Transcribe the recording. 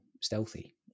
stealthy